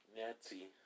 Nazi